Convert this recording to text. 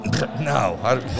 no